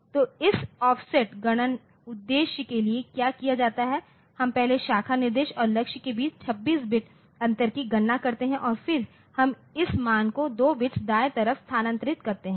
तो इस ऑफसेट गणना उद्देश्य के लिए क्या किया जाता है हम पहले शाखा निर्देश और लक्ष्य के बीच 26 बिट अंतर की गणना करते हैं और फिर हम इस मान को 2 बिट्स दाएं तरफ स्थानांतरित करते हैं